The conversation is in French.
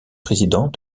président